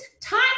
time